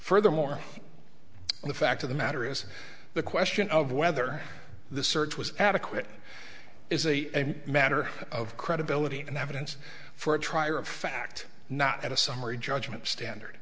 furthermore the fact of the matter is the question of whether the search was adequate is a matter of credibility and evidence for a trier of fact not a summary judgment standard